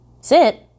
Sit